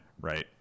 right